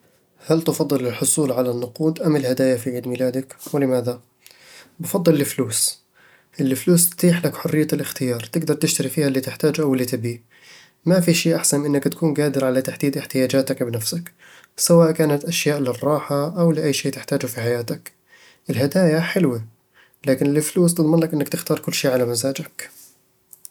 هل تفضل الحصول على النقود أم الهدايا في عيد ميلادك؟ ولماذا؟ بفضّل الفلوس الفلوس تتيح لك حرية الاختيار، تقدر تشتري فيها اللي تحتاجه أو اللي تبيّه ما فيه شي أحسن من إنك تكون قادر على تحديد احتياجاتك بنفسك، سواء كانت أشياء للراحة أو لأي شي تحتاجه في حياتك الهدايا حلوة، لكن الفلوس تضمن لك أنك تختار كل شي على مزاجك